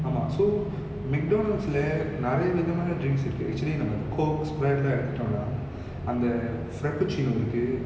ஆமா:aama so mcdonald's lah நெறைய விதமான:neraya vithamana drinks இருக்கு:irukku actually நம்ம:namma coke sprite lah எடுத்துட்டனா அந்த:eduthuttana antha frappuccino இருக்கு:irukku